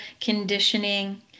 conditioning